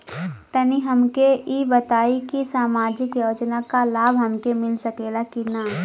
तनि हमके इ बताईं की सामाजिक योजना क लाभ हमके मिल सकेला की ना?